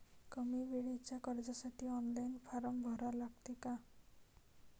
कमी वेळेच्या कर्जासाठी ऑनलाईन फारम भरा लागते का?